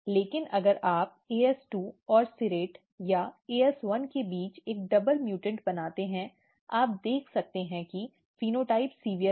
लेकिन अगर आप as2 और सीरेट या as1 के बीच एक डबल म्यूटेंट बनाते हैं आप देख सकते हैं कि फेनोटाइप गंभीर है